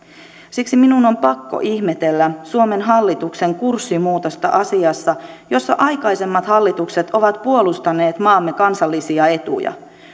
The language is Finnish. siksi minun on pakko ihmetellä suomen hallituksen kurssimuutosta asiassa jossa aikaisemmat hallitukset ovat puolustaneet maamme kansallisia etuja